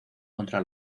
contra